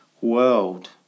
world